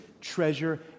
treasure